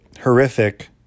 Horrific